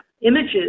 images